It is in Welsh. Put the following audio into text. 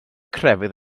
crefydd